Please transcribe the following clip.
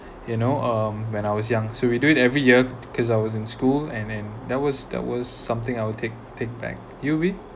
you know um when I was young so we do it every year because I was in school and then that was that was something I will take take back you B